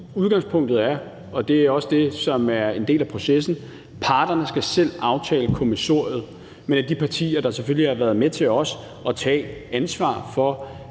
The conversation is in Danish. udgangspunktet er – og det er også det, der er en del af processen – at parterne selv skal aftale kommissoriet. Men de partier, der har været med til at tage ansvar for,